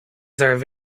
stories